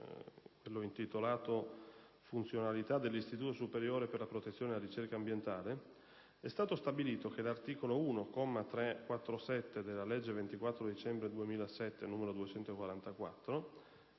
208, intitolato «Funzionalità dell'Istituto superiore per la protezione e la ricerca ambientale», è stato stabilito: «L'articolo 1, comma 347, della legge 24 dicembre 2007, n. 244,